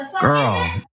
girl